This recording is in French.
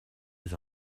les